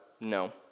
No